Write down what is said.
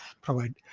provide